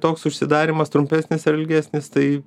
toks užsidarymas trumpesnis ir ilgesnis tai